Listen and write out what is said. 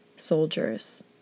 Soldiers